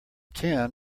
tin